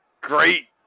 great